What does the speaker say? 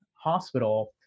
hospital